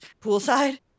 poolside